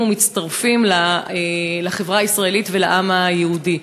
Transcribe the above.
ומצטרפים לחברה הישראלית ולעם היהודי.